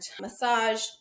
massage